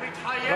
הוא התחייב,